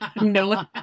No